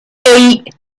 eight